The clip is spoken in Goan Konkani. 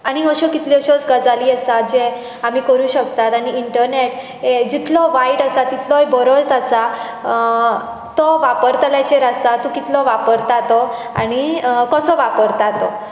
आनीक अश्यो कितल्योश्योच गजाली आसात जे आमी करूंक शकतात आनी इण्टनॅट हें जितलो वायट आसा तितलोय बरोच आसा तो वापरतल्याचेर आसा तूं कितलो वापरता तो आनी कसो वापरता तो